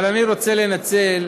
אבל אני רוצה לנצל,